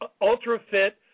ultra-fit